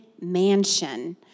mansion